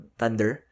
thunder